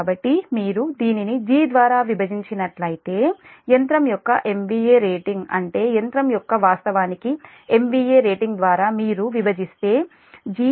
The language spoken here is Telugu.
కాబట్టి మీరు దీనిని G ద్వారా విభజించినట్లయితే యంత్రం యొక్క MVA రేటింగ్ అంటే యంత్రం యొక్క వాస్తవానికి MVA రేటింగ్ ద్వారా మీరు విభజిస్తే G